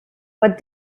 what